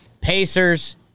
Pacers